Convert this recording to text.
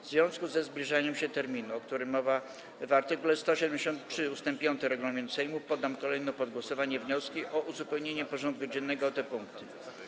W związku ze zbliżaniem się terminu, o którym mowa w art. 173 ust. 5 regulaminu Sejmu, poddam kolejno pod głosowanie wnioski o uzupełnienie porządku dziennego o te punkty.